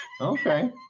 Okay